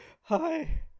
Hi